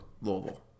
Louisville